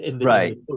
Right